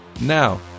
Now